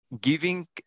giving